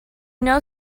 know